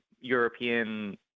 European